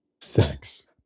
Sex